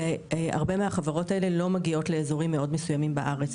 הרבה מהחברות האלה לא מגיעות לאזורים מאוד מסוימים בארץ.